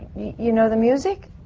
you. you know the music?